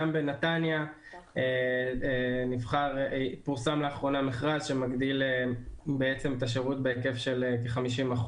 בנתניה פורסם לאחרונה מכרז שמגדיל את השירות בהיקף של כ-50%.